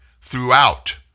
throughout